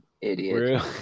idiot